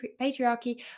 patriarchy